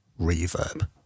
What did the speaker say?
reverb